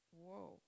Whoa